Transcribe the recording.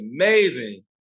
amazing